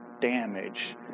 damage